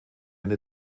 ende